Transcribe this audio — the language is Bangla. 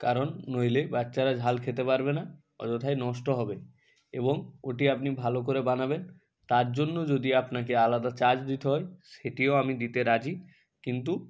কারণ নইলে বাচ্চারা ঝাল খেতে পারবে না অযথাই নষ্ট হবে এবং ওটি আপনি ভালো করে বানাবেন তার জন্য যদি আপনাকে আলাদা চার্জ দিতে হয় সেটিও আমি দিতে রাজি কিন্তু